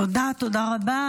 תודה רבה.